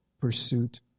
pursuit